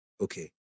okay